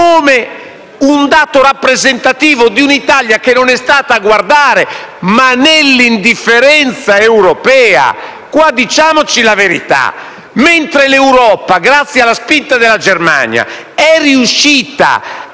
come rappresentativo di un'Italia che non è stata a guardare, ma nell'indifferenza europea. Diciamoci la verità: mentre l'Europa, grazie alla spinta della Germania, è riuscita